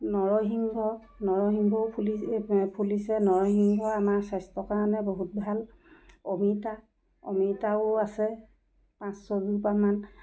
নৰসিংহ নৰসিংহও ফুলি ফুলিছে নৰসিংহ আমাৰ স্বাস্থ্য কাৰণে বহুত ভাল অমিতা অমিতাও আছে পাঁচ ছয়জোপামান